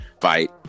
fight